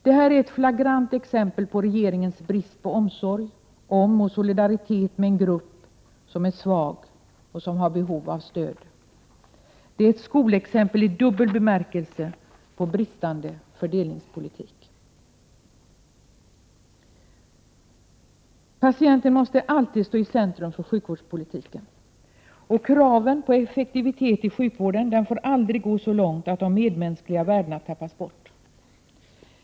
Detta är ett flagrant exempel på regeringens brist på omsorg om och solidaritet med en grupp som är svag och som har behov av stöd. Det är ett skolexempel i dubbel bemärkelse på bristande fördelningspolitik. Patienten måste alltid stå i centrum för sjukvårdspolitiken, och kraven på effektivitet i sjukvården får aldrig gå så långt att de medmänskliga värdena tappas bort.